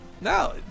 No